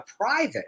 private